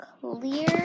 clear